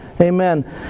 Amen